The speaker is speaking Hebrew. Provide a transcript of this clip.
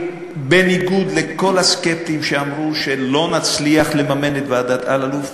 בניגוד לכל הסקפטיים שאמרו שלא נצליח לממן את ועדת אלאלוף,